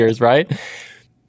right